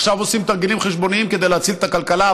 עכשיו עושים תרגילים חשבונאיים כדי להציל את הכלכלה,